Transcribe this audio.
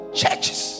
churches